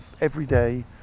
everyday